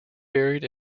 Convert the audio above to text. buried